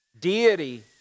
deity